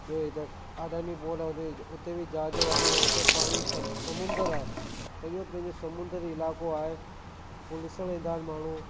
ॿियो इधर आडानी बोर्ड आहे उते उते बि जहाज़ वहाज उते पाणी सं समुंदर आहे सॼो पंहिंजो समुद्री इलाइक़ो आहे पोइ ॾिसणु ईंदा आहिनि माण्हू